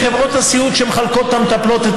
וחברות הסיעוד שמחלקות את המטפלות,